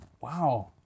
Wow